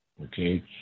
Okay